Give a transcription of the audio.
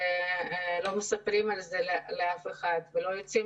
ולא מספרים על כך לאף אחד ולא יוצאים